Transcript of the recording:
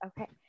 Okay